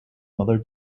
mother